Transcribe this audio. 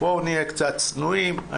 בואו נהיה קצת צנועים.